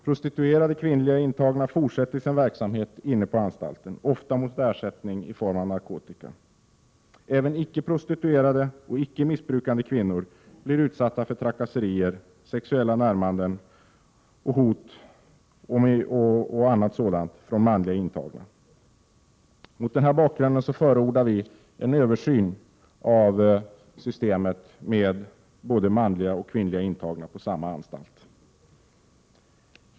Prostituerade kvinnliga intagna fortsätter sin verksamhet inne på anstalten, ofta mot ersättning i form av narkotika. Även icke prostituerade och icke missbrukande kvinnor blir utsatta för trakasserier, sexuella närmanden och hot från manliga intagna. Mot denna bakgrund förordar vi en översyn av systemet med både manliga och kvinnliga intagna på samma anstalt.